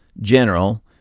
General